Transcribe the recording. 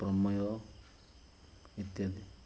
ପ୍ରମେୟ ଇତ୍ୟାଦି